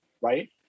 right